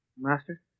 Master